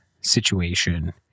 situation